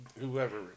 whoever